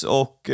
och